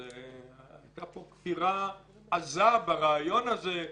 היתה פה כפירה עזה ברעיון הזה,